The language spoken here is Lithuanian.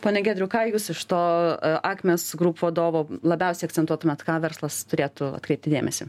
pone giedriau ką jūs iš to akmės grūp vadovo labiausiai akcentuotumėt ką verslas turėtų atkreipti dėmesį